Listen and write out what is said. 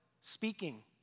speaking